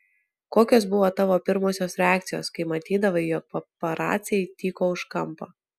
kokios buvo tavo pirmosios reakcijos kai matydavai jog paparaciai tyko už kampo